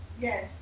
Yes